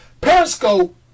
Periscope